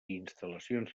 instal·lacions